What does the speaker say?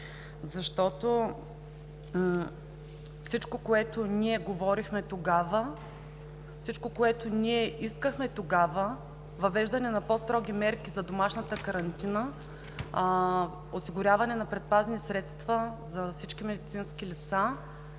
защото всичко, което ние говорихме тогава, всичко, което ние искахме тогава – въвеждане на по-строги мерки за домашната карантина, осигуряване на предпазни средства за всички медицински лица,